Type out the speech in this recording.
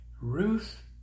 Ruth